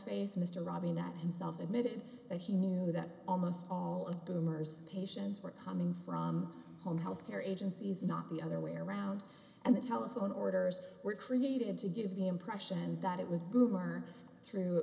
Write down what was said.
face mr robin that himself admitted that he knew that almost all of boomer's patients were coming from home health care agencies not the other way around and the telephone orders were created to give the impression that it was boomer through